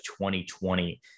2020